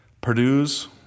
Purdue's